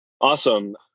Awesome